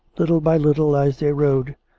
little by little, as they rode,